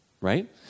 right